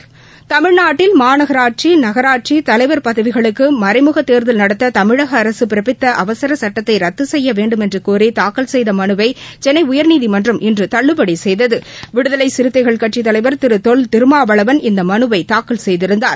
தமிழ்நாட்டில் மாநகராட்சி நகராட்சி தலைவர் பதவிகளுக்கு மறைமுக தோதல் நடத்த தமிழக அரசு பிறப்பித்த அவசரச் சட்டத்தை ரத்து செய்ய வேண்டுமென்று கோரி தாக்கல் செய்த மனுவை சென்னை உயர்நீதிமன்றம் இன்று தள்ளுபடி செய்தது விடுதலை சிறுத்தைகள் கட்சித் தலைவர் திரு தொல் திருமாவளவன் இந்த மனுவை தாக்கல் செய்திருந்தார்